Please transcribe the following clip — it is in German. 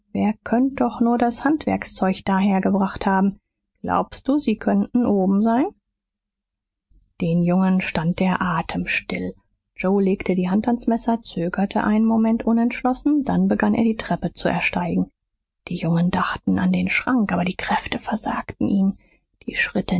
wer könnt doch nur das handwerkszeug da hergebracht haben glaubst du sie könnten oben sein den jungen stand der atem still joe legte die hand ans messer zögerte einen moment unentschlossen dann begann er die treppe zu ersteigen die jungen dachten an den schrank aber die kräfte versagten ihnen die schritte